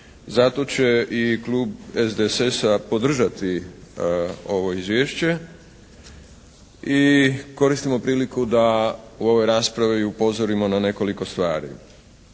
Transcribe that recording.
Zato će i klub SDSS-a podržati ovo izvješće i koristimo priliku da u ovoj raspravi upozorimo na nekoliko stvari.